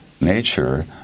nature